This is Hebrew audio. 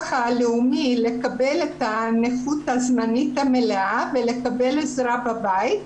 הלאומי לקבל את הנכות הזמנית המלאה ולקבל עזרה בבית,